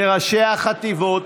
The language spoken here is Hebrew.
לראשי החטיבות,